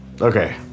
Okay